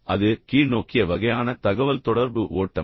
எனவே அது கீழ்நோக்கிய வகையான தகவல்தொடர்பு ஓட்டம்